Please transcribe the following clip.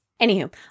Anywho